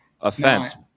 offense